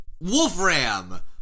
Wolfram